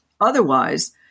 Otherwise